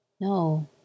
No